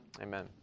Amen